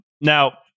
Now